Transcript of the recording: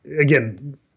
again